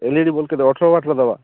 L E D bulb କେତେ ଦେବା ଅଠର ୱାଟ୍ର ଦେବା